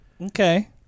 Okay